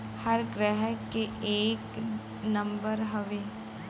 हर ग्राहक के एक नम्बर हउवे